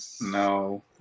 No